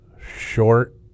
Short